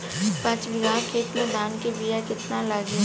पाँच बिगहा खेत में धान के बिया केतना लागी?